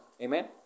Amen